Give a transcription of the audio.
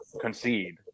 concede